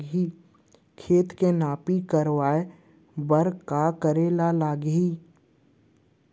खेत के नापी करवाये बर का करे लागही?